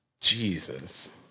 Jesus